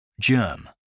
germ